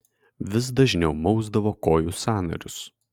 vis dažniau mausdavo kojų sąnarius